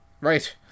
Right